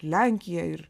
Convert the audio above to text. lenkiją ir